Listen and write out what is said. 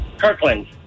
Kirkland